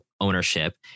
ownership